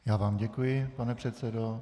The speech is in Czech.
Já vám děkuji, pane předsedo.